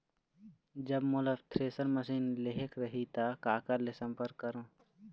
जब मोला thresher machine लेहेक रही ता काकर ले संपर्क करों?